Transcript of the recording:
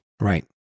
Right